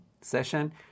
session